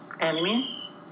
enemy